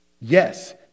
Yes